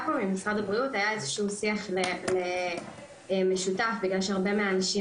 היה איזשהו שיח משותף בגלל שהרבה מהאנשים